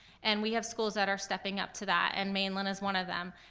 and we have schools that are stepping up to that, and mainland is one of them.